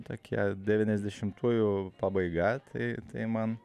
tokie devyniasdešimtųjų pabaiga tai tai man